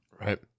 Right